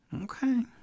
Okay